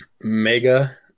Mega